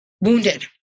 wounded